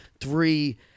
three